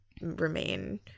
remain